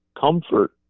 comfort